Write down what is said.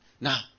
Now